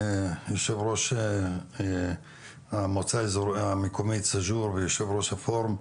יושב ראש המועצה המקומית סאג'ור ויושב ראש הפורום,